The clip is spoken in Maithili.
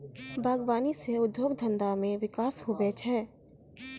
बागवानी से उद्योग धंधा मे बिकास हुवै छै